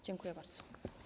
Dziękuję bardzo.